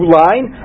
line